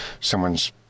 someone's